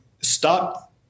stop